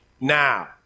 now